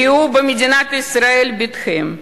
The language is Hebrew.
ראו במדינת ישראל את ביתכם,